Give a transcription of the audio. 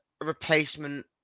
replacement